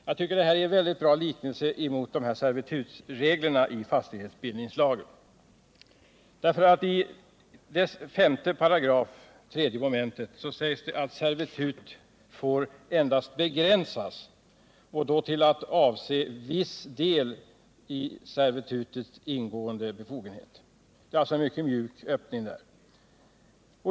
Jag tycker att detta är en väldigt bra liknelse när det gäller att ge en bild av servitutsreglerna i fastighetsbildningslagen. I lagens 7 kap. 3 § sägs det att servitut får begränsas till att avse viss i servitutet ingående befogenhet. Det är alltså en mycket mjuk öppning.